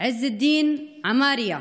עז א-דין עמארייה,